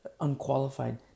unqualified